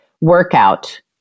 workout